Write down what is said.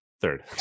Third